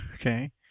Okay